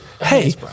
hey